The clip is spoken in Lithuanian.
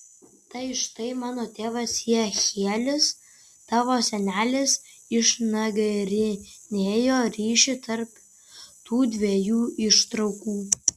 tai štai mano tėvas jehielis tavo senelis išnagrinėjo ryšį tarp tų dviejų ištraukų